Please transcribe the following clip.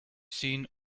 seen